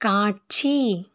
காட்சி